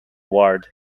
ward